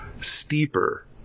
steeper